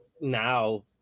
now